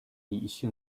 理性